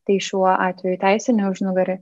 tai šiuo atveju teisinį užnugarį